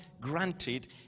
granted